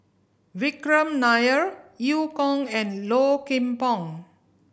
Vikram Nair Eu Kong and Low Kim Pong